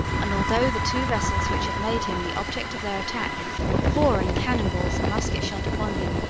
and although the two vessels which had made him the object of their attack were pouring cannon balls and musket shot upon him,